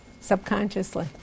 subconsciously